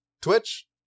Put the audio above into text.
Twitch